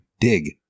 Dig